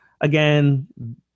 Again